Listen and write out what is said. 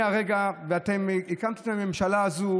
אתם הקמתם את הממשלה הזו